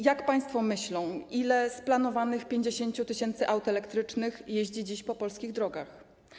Jak państwo myślą, ile z planowanych 50 tys. aut elektrycznych jeździ dziś po polskich drogach?